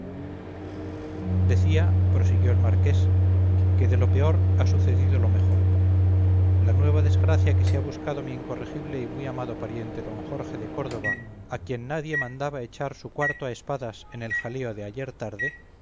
decía prosiguió el marqués que de lo peor ha sucedido lo mejor la nueva desgracia que se ha buscado mi incorregible y muy amado pariente don jorge de córdoba a quien nadie mandaba echar su cuarto a espadas en el jaleo de ayer tarde